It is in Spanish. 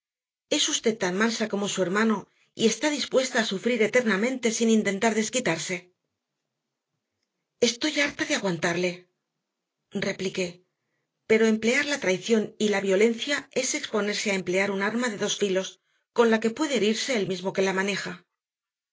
es usted tan mansa como su hermano y está dispuesta a sufrir eternamente sin intentar desquitarse estoy harta de aguantarle repliqué pero emplear la traición y la violencia es exponerse a emplear un arma de dos filos con la que puede herirse el mismo que la maneja